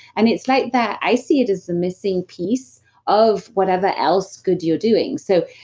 and it's like the. i see it as the missing piece of whatever else good you're doing. so,